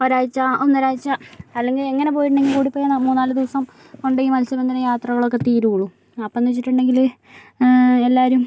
ഒരാഴ്ച ഒന്നര ആഴ്ച അല്ലെങ്കിൽ എങ്ങനെ പോയിട്ടുണ്ടെങ്കിലും കൂടി പോയ മൂന്ന് നാല് ദിവസം കൊണ്ടേ മത്സ്യബന്ധന യാത്രകളൊക്കെ തീരൂകയുള്ളൂ അപ്പോളെന്ന് വെച്ചിട്ടുണ്ടെങ്കിൽ എല്ലാവരും